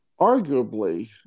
Arguably